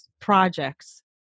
projects